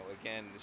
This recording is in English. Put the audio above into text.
again